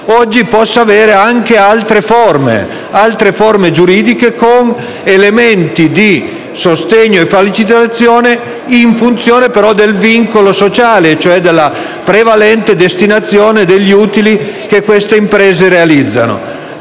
possa avere oggi anche altre forme giuridiche, con elementi di sostegno e facilitazione, in funzione però del vincolo sociale, cioè della prevalente destinazione degli utili che queste imprese realizzano.